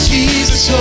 Jesus